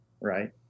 right